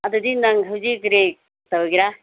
ꯑꯗꯨꯗꯤ ꯅꯪ ꯍꯧꯖꯤꯛ ꯀꯔꯤ ꯇꯧꯒꯦꯔꯥ